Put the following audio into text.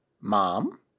Mom